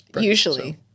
Usually